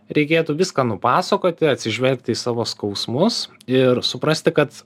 reikėtų viską nupasakoti atsižvelgti į savo skausmus ir suprasti kad